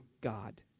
God